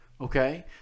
Okay